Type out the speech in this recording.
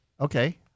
Okay